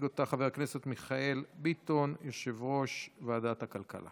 ונכנסה לספר החוקים של מדינת ישראל.